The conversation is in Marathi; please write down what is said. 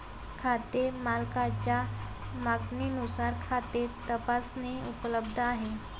खाते मालकाच्या मागणीनुसार खाते तपासणी उपलब्ध आहे